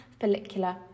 follicular